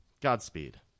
godspeed